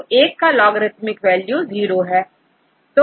तो एक का लोगरिथमिक वैल्यू 0 है